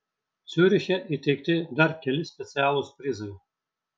ciuriche įteikti dar keli specialūs prizai